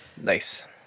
Nice